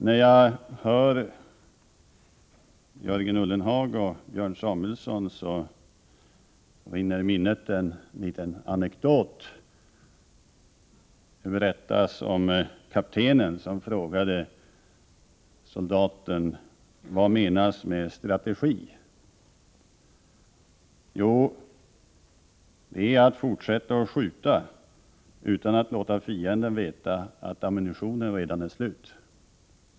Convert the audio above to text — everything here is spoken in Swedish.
När jag i dag hör Jörgen Ullenhag och Björn Samuelson rinner mig i minnet en liten anekdot. Det berättas om kaptenen som frågade soldaten: Vad menas med strategi? Jo, svarade soldaten, det är att fortsätta att skjuta utan att låta fienden veta att ammunitionen redan är slut.